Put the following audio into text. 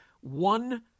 one